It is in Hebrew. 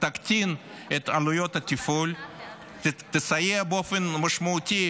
תקטין את עלויות התפעול ותסייע באופן משמעותי